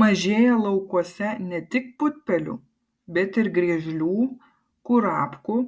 mažėja laukuose ne tik putpelių bet ir griežlių kurapkų